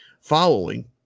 following